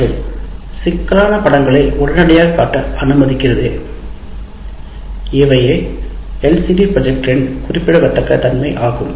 மற்றும் சிக்கலான படங்களை உடனடியாகக் காட்ட அனுமதிக்கிறது இவையே எல்சிடி ப்ரொஜெக்டரின் குறிப்பிடத்தக்க நன்மை ஆகும்